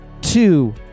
two